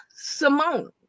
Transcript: Simone